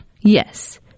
Yes